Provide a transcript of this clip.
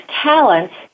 talents